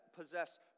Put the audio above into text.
possess